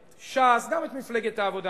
את ש"ס, גם את מפלגת העבודה.